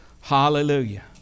Hallelujah